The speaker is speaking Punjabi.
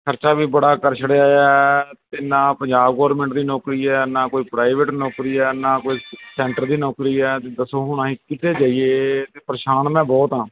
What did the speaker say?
ਖਰਚਾ ਵੀ ਬੜਾ ਕਰ ਛੱਡਿਆ ਅਤੇ ਨਾ ਪੰਜਾਬ ਗੋਰਮੈਂਟ ਦੀ ਨੌਕਰੀ ਹੈ ਨਾ ਕੋਈ ਪ੍ਰਾਈਵੇਟ ਨੌਕਰੀ ਆ ਨਾ ਕੋਈ ਸੈਂਟਰ ਦੀ ਨੌਕਰੀ ਹੈ ਅਤੇ ਦੱਸੋ ਹੁਣ ਅਸੀਂ ਕਿੱਥੇ ਜਾਈਏ ਅਤੇ ਪਰੇਸ਼ਾਨ ਮੈਂ ਬਹੁਤ ਆ